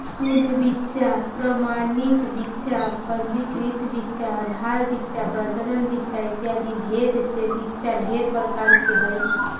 शुद्ध बीच्चा प्रमाणित बीच्चा पंजीकृत बीच्चा आधार बीच्चा प्रजनन बीच्चा इत्यादि भेद से बीच्चा ढेर प्रकार के हई